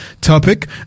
topic